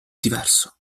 diverso